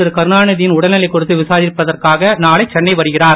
திருகருணாந்தி யின் உடல்நிலை குறித்து விசாரிப்பதற்காக நானை சென்னை வருகிறார்